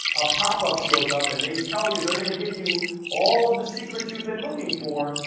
a pop up shows up, and they tell you, they're gonna give you all of the secrets you've been looking for,